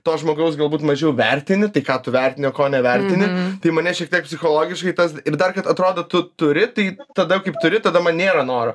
to žmogaus galbūt mažiau vertini tai ką tu vertini ko nevertini tai mane šiek tiek psichologiškai tas ir dar atrodo tu turi tai tada kaip turi tada man nėra noro